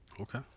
Okay